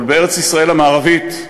אבל בארץ-ישראל המערבית,